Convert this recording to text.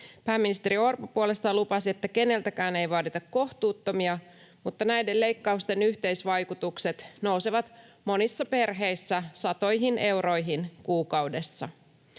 Pääministeri Orpo puolestaan lupasi, että keneltäkään ei vaadita kohtuuttomia, mutta näiden leikkausten yhteisvaikutukset nousevat monissa perheissä satoihin euroihin kuukaudessa.